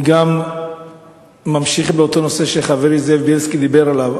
אני ממשיך באותו נושא שחברי זאב בילסקי דיבר עליו.